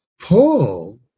Paul